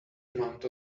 amount